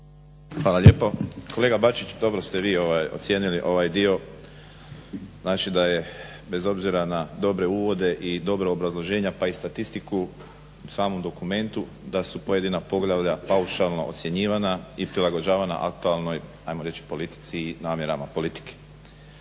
Hvala lijepo. Kolega Bačić, dobro ste vi ocijenili ovaj dio. Znači da je bez obzira na dobre uvode i dobra obrazloženja pa i statistiku u samom dokumentu da su pojedina poglavlja paušalno ocjenjivana i prilagođavana aktualnoj hajmo reći politici i namjerama politike.